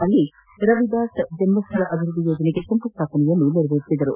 ಅಲ್ಲಿ ಅವರು ರವಿದಾಸ್ ಜನ್ಮ ಸ್ಥಳ ಅಭಿವೃದ್ದಿ ಯೋಜನೆಗೆ ಶಂಕುಸ್ಟಾಪನೆ ನೆರವೇರಿಸಿದರು